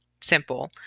simple